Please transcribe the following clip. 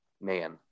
man